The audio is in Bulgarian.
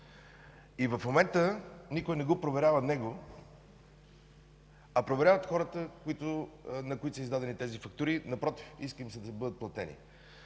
и в момента никой не проверява него, а проверяват хората, на които са издадени тези фактури и се иска да бъдат платени.